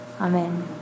Amen